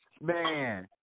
man